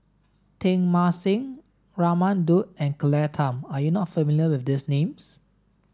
Teng Mah Seng Raman Daud and Claire Tham are you not familiar with these names